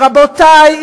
רבותיי,